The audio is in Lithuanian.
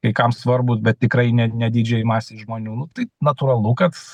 kai kam svarbūs bet tikrai ne ne didžiajai masei žmonių nu tai natūralu kad